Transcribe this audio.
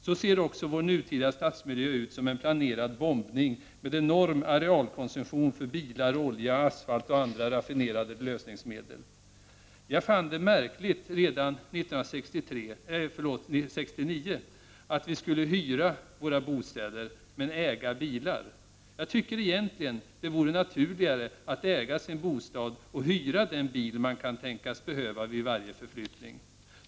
Så ser också vår nutida stadsmiljö ut som en planerad bombning med enorm arealkonsumtion för bilar, olja, asfalt och andra raffinerade lösningsmedel. Jag fann det redan 1969 märkligt att vi skulle hyra våra bostäder men äga bilar. Jag tycker egentligen att det vore naturligare att äga sin bostad och hyra den bil man kan tänkas behöva vid varje förflyttning.